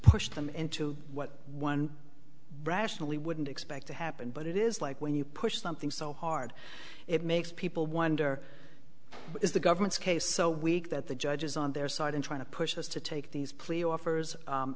pushed them into what one brashly wouldn't expect to happen but it is like when you push something so hard it makes people wonder is the government's case so weak that the judge's on their side in trying to push us to take these plea offers